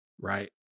right